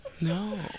No